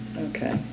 okay